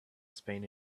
spain